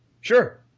Sure